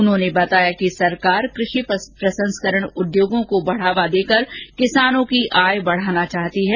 उन्होंने बताया कि सरकार कृषि प्रसंस्करण उद्योगों को बढावा देकर किसानों की आय में बढोतरी करना चाहती है